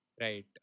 right